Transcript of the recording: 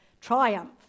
triumph